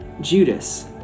Judas